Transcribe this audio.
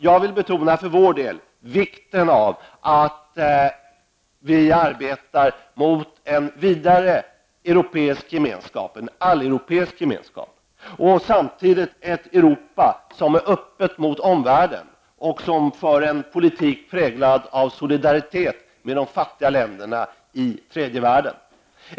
Jag vill för vår del betona vikten av att vi arbetar för en vidare europeisk gemenskap, en alleuropeisk gemenskap, men samtidigt ett Europa som är öppet mot omvärlden. Ett Europa som för en politik präglad av solidaritet med de fattiga länderna i tredje världen.